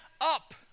up